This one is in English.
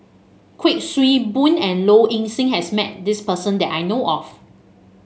Kuik Swee Boon and Low Ing Sing has met this person that I know of